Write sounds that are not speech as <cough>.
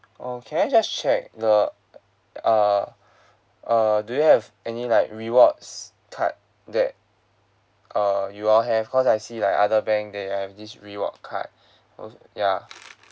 orh can I just check the err err do you have any like rewards card that err you all have because I see like other bank they have this reward card <breath> al~ ya